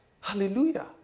Hallelujah